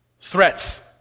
Threats